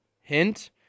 Hint